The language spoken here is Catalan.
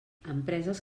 empreses